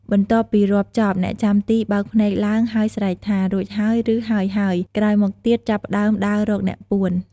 បន្ទាប់់ពីរាប់ចប់ អ្នកចាំទីបើកភ្នែកឡើង ហើយស្រែកថា "រួចហើយ" ឬ "ហើយៗ" ក្រោយមកទៀត ចាប់ផ្ដើមដើររកអ្នកពួន។